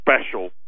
special